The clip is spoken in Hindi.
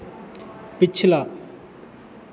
पिछला